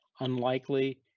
unlikely